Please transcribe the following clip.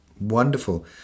Wonderful